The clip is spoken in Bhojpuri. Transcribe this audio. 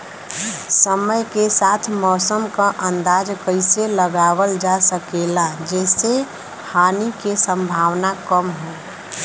समय के साथ मौसम क अंदाजा कइसे लगावल जा सकेला जेसे हानि के सम्भावना कम हो?